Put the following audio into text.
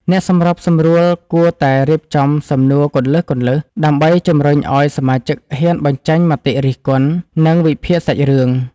អ្នកសម្របសម្រួលគួរតែរៀបចំសំណួរគន្លឹះៗ ដើម្បីជំរុញឱ្យសមាជិកហ៊ានបញ្ចេញមតិរិះគន់ និងវិភាគសាច់រឿង។